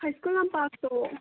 ꯍꯥꯏ school ꯂꯝꯄꯥꯛꯇꯣ